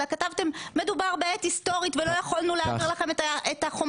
אלא כתבתם "מדובר בעת היסטורית ולא יכולנו להעביר לכם את החומרים